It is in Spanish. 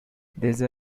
desde